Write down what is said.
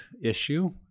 issue